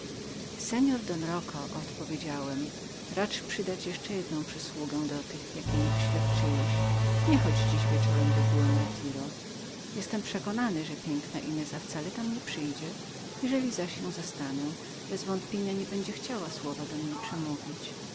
seor don roque odpowiedziałem racz przydać jeszcze jedną przysługę do tych jakie mi wyświadczyłeś nie chodź dziś wieczorem do buen retiro jestem przekonany że piękna ineza wcale tam nie przyjdzie jeżeli zaś ją zastanę bezwątpienia nie będzie chciała słowa do mnie przemówić